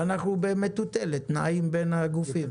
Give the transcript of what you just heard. ואנחנו נעים במטוטלת בין הגופים.